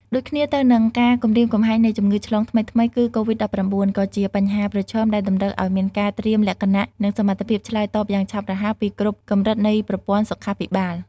ដូចគ្នាទៅនឹង ការគំរាមកំហែងនៃ ជំងឺឆ្លងថ្មីៗ គឺCOVID-19 ក៏ជាបញ្ហាប្រឈមដែលតម្រូវឱ្យមានការត្រៀមលក្ខណៈ និងសមត្ថភាពឆ្លើយតបយ៉ាងឆាប់រហ័សពីគ្រប់កម្រិតនៃប្រព័ន្ធសុខាភិបាល។